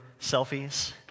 selfies